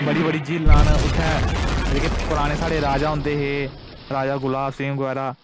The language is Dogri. बड़ी बड़ी झीलां न जेह्ड़े पराने साढ़े राजा होंदे हे राजा गुलाब सिंह बगैरा